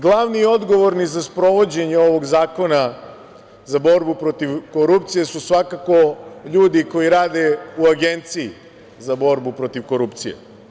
Glavni i odgovorni za sprovođenje ovog Zakona za borbu protiv korupcije su svakako ljudi koji rade u Agenciji za borbu protiv korupcije.